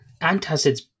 Antacids